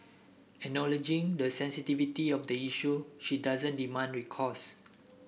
acknowledging the sensitivity of the issue she doesn't demand recourse